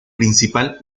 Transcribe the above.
principal